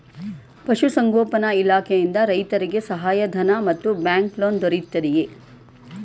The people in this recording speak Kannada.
ಪಶು ಸಂಗೋಪನಾ ಇಲಾಖೆಯಿಂದ ರೈತರಿಗೆ ಸಹಾಯ ಧನ ಮತ್ತು ಬ್ಯಾಂಕ್ ಲೋನ್ ದೊರೆಯುತ್ತಿದೆಯೇ?